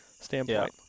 standpoint